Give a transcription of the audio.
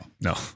No